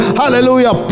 hallelujah